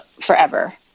forever